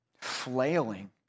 flailing